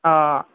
آ